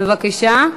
בבקשה.